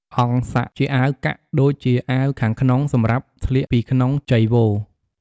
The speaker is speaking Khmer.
អង្ស័ក ជាអាវកាក់ដូចជាអាវខាងក្នងសម្រាប់ស្លៀកពីក្នុងចីវរ។